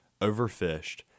overfished